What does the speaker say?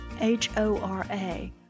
H-O-R-A